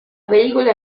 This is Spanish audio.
película